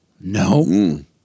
No